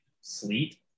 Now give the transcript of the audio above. sleet